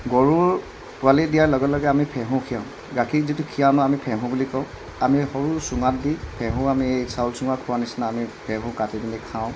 গৰুৰ পোৱালি দিয়াৰ লগে লগে আমি ফেঁহু খীৰাও গাখীৰ যিটো খীৰাও ন আমি ফেঁহু বুলি কওঁ আমি সৰু চুঙাত দি ফেঁহু আমি চাউল চুঙাত খোৱাৰ নিচিনা আমি ফেঁহু কাটি পিনি খাওঁ